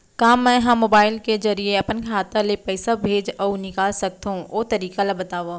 का मै ह मोबाइल के जरिए अपन खाता ले पइसा भेज अऊ निकाल सकथों, ओ तरीका ला बतावव?